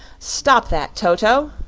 stop that, toto!